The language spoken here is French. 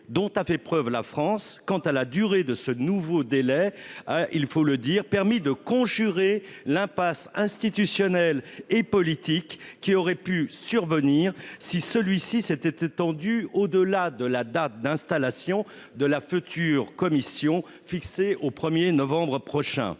dont a fait preuve la France quant à la durée du nouveau délai a permis de conjurer l'impasse institutionnelle et politique qui aurait pu survenir si celui-ci s'était étendu au-delà de la date d'installation de la future commission européenne, fixée au 1 novembre prochain.